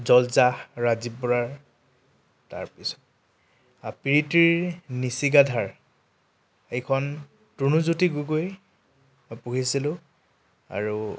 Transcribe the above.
জল জাহ ৰাজীৱ বৰাৰ তাৰপিছত প্ৰীতিৰ নিচিগা ধাৰ এইখন প্ৰণুজ্যোতি গগৈ মই পঢ়িছিলোঁ আৰু